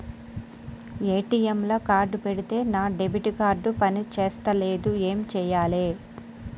ATM లా card పెడితే నా డెబిట్ కార్డ్ పని చేస్తలేదు ఏం చేయాలే?